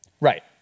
Right